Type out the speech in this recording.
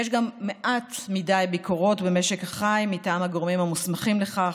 יש גם מעט ביקורות במשק החי מטעם הגורמים המוסמכים לכך,